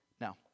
Now